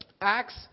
Acts